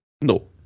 no